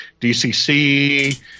DCC